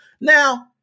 Now